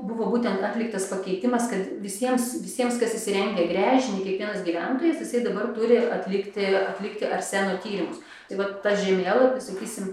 buvo būtent atliktas pakeitimas kad visiems visiems kas įsirengia gręžinį kiekvienas gyventojas jisai dabar turi atlikti ir atlikti arseno tyrimus tai vat tas žemėlapis sakysim